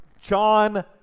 John